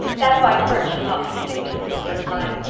that white birch you caught me kissing is a sister of mine.